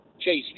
chase